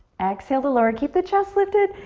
exhale to lower. keep the chest lifted.